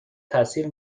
تاثیر